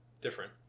Different